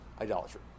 idolatry